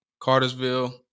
Cartersville